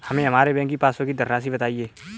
हमें हमारे बैंक की पासबुक की धन राशि बताइए